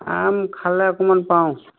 আম খালে অকণমান পাওঁ